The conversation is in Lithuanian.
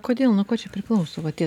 kodėl nuo ko čia priklauso va tie